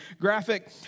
graphic